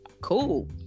Cool